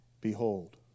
behold